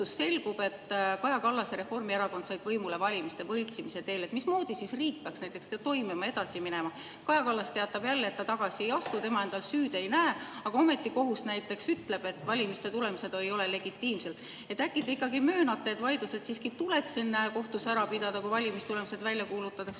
et Kaja Kallase Reformierakond sai võimule valimiste võltsimise teel. Mismoodi siis riik peaks toimima, edasi minema? Kaja Kallas teatab jälle, et ta tagasi ei astu, tema endal süüd ei näe, aga ometi kohus näiteks ütleb, et valimistulemused ei ole legitiimsed. Äkki te ikkagi möönate, et vaidlused siiski tuleks kohtus ära pidada enne, kui valimistulemused välja kuulutatakse,